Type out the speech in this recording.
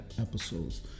episodes